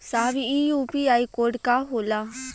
साहब इ UPI code का होला?